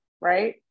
right